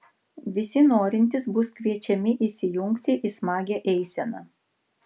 visi norintys bus kviečiami įsijungti į smagią eiseną